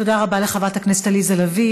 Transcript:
תודה רבה לחברת הכנסת עליזה לביא.